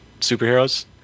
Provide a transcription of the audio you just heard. superheroes